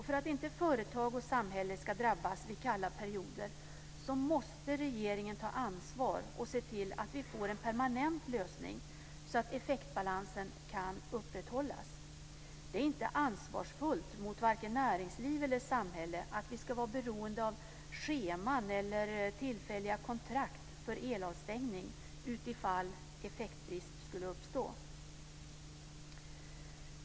För att inte företag och samhälle ska drabbas vid kalla perioder måste regeringen ta ansvar och se till att vi får en permanent lösning så att effektbalansen kan upprätthållas. Det är inte ansvarsfullt mot vare sig näringsliv eller samhälle att vi ska vara beroende av scheman eller tillfälliga kontrakt för elavstängning utifall effektbrist skulle uppstå.